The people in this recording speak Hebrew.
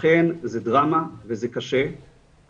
אכן זה דרמה וזה קשה,